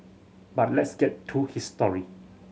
but let's get to his story